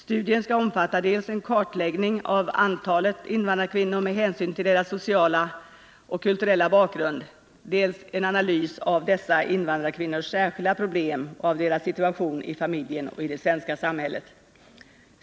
Studien skall omfatta dels kartläggning av antalet invandrarkvinnor med hänsyn till deras sociala och kulturella bakgrund, dels en analys av dessa invandrarkvinnors särskilda problem och av deras situation i familjen och i det svenska samhället.